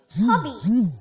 hobby